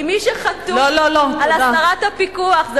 כי מי שחתום על הסרת הפיקוח, לא, לא, לא.